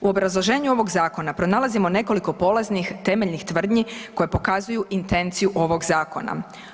U obrazloženju ovog zakona pronalazimo nekoliko polaznih temeljnih tvrdnji koje pokazuju intenciju ovog zakona.